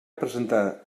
presentar